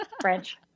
French